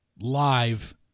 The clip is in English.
live